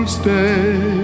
stay